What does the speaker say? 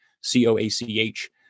C-O-A-C-H